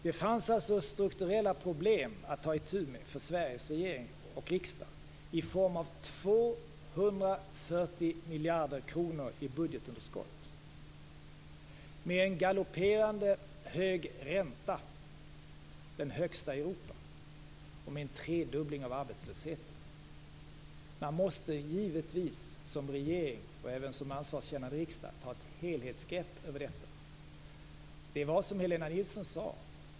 Det fanns alltså strukturella problem som Sveriges regering och riksdag hade att ta itu med - i form av 240 miljarder kronor i budgetunderskott, en galopperande hög ränta, den högsta i Europa, och en tredubbling av arbetslösheten. Både regeringen och en ansvarskännande riksdag måste givetvis ta ett helhetsgrepp om detta.